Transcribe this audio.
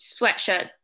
sweatshirt